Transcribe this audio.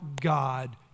God